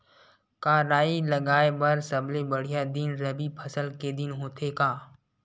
का राई लगाय बर सबले बढ़िया दिन रबी फसल के दिन होथे का?